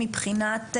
מבחינת,